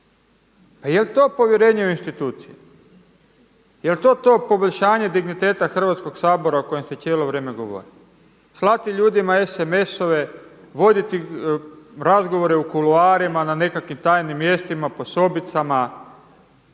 Pa jeli to povjerenje u institucije, jel to to poboljšanje digniteta Hrvatskog sabora o kojem se cijelo vrijeme govori? Slati ljudima SMS-ove, voditi razgovora u kuloarima na nekakvim tajnim mjestima, po sobicama,